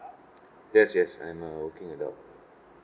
yes yes I'm a working adult